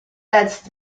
est